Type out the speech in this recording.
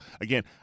again